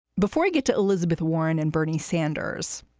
before we get to elizabeth warren and bernie sanders,